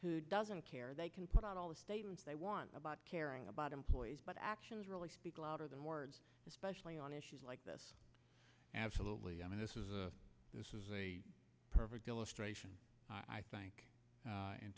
who doesn't care they can put out all the statements they want about caring about employees but actions really speak louder than words especially on issues like this absolutely i mean this is a this is a perfect illustration i think